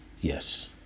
yes